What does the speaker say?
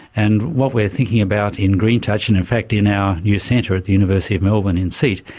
and what we are thinking about in green touch, and in fact in our new centre at the university of melbourne, in ceet,